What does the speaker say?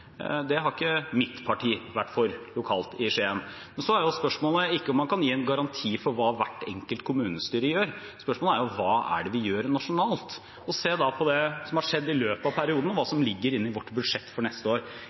Det har ikke mitt parti lokalt i Skien vært for. Spørsmålet er ikke om man kan gi en garanti for hva hvert enkelt kommunestyre gjør. Spørsmålet er hva vi gjør nasjonalt. Se da på det som har skjedd i løpet av perioden, og hva som ligger inne i vårt budsjett for neste år.